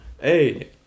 Hey